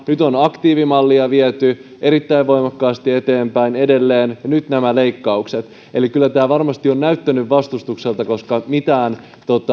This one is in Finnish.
nyt on aktiivimallia viety erittäin voimakkaasti eteenpäin edelleen ja nyt nämä leikkaukset eli kyllä tämä varmasti on näyttänyt vastustukselta koska mitään